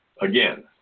Again